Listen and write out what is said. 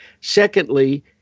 Secondly